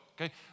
okay